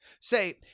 say